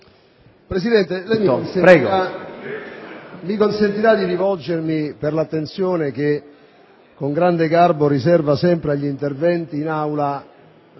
Presidente, mi consentirà di rivolgermi a lei per l'attenzione che, con grande garbo, riserva sempre agli interventi in